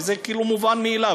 וזה כאילו מובן מאליו.